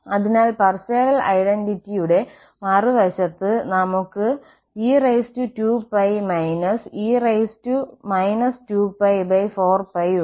അതിനാൽ പാർസെവൽ ഐഡന്റിറ്റിയുടെ Parseval's identity മറുവശത്ത് നമ്മൾക്ക് e2π e 2π4π ഉണ്ട്